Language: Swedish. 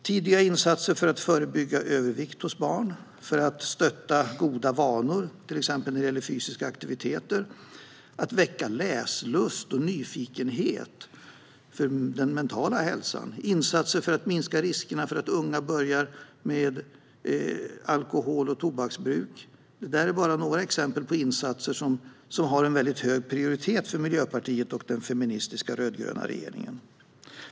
Tidiga insatser för att förebygga övervikt hos barn, för att stötta goda vanor till exempel vad gäller fysisk aktivitet, för att väcka läslust och nyfikenhet - alltså den mentala hälsan - liksom insatser för att minska risken för att unga börjar med alkohol och tobaksbruk är bara några exempel på insatser som har hög prioritet för Miljöpartiet och den feministiska rödgröna regeringen.